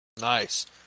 Nice